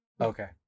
Okay